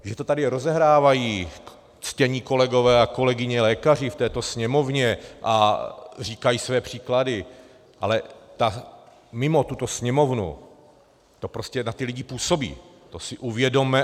Že to tady rozehrávají ctění kolegové a kolegyně lékaři v této Sněmovně a říkají své příklady, ale mimo tuto Sněmovnu to prostě na ty lidi působí, to si uvědomme.